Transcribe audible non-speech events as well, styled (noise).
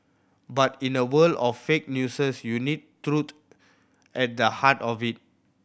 but in a world of fake (unintelligible) you need truth at the heart of it